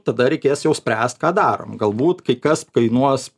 tada reikės jau spręst ką darom galbūt kai kas kainuos